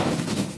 שלוש דקות,